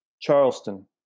Charleston